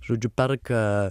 žodžiu perka